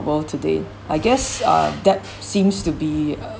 world today I guess uh that seems to be